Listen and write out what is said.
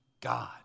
God